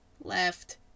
left